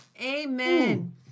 Amen